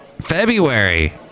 February